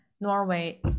Norway